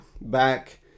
back